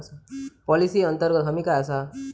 Policy अंतर्गत हमी काय आसा?